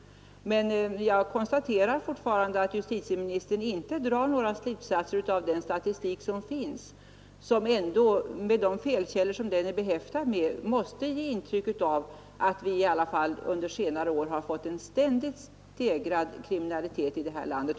Men jag konstaterar fortfarande att justitieministern inte drar några slutsatser av den statistik som finns och som ändå — trots de felkällor den är behäftad med — måste ge intrycket att vi under senare år har fått en ständigt stegrad kriminalitet i det här landet.